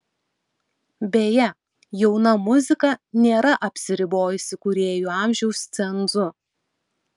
beje jauna muzika nėra apsiribojusi kūrėjų amžiaus cenzu